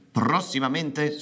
prossimamente